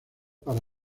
para